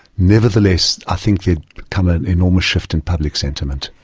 nevertheless i think there had come an enormous shift in public sentiment.